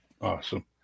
awesome